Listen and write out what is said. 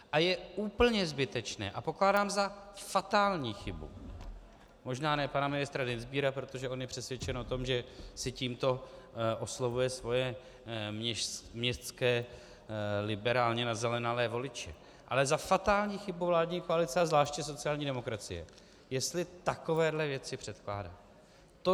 A je úplně zbytečné a pokládám za fatální chybu, možná ne pana ministra Dienstbiera, protože on je přesvědčen o tom, že si tímto oslovuje svoje městské liberálně nazelenalé voliče, ale za fatální chybu vládní koalice a zvláště sociální demokracie, jestli takovéto věci předkládat.